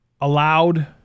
allowed